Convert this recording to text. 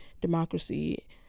democracy